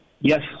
Yes